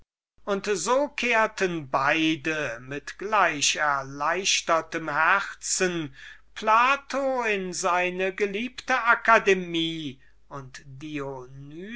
und so kehrten beide mit gleich erleichtertem herzen plato in seine geliebte akademie und